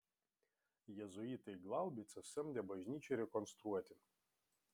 jėzuitai glaubicą samdė bažnyčiai rekonstruoti